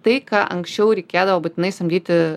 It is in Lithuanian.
tai ką anksčiau reikėdavo būtinai samdyti